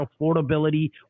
affordability